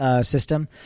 system